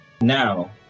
Now